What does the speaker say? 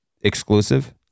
exclusive